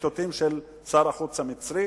ציטוטים של שר החוץ המצרי.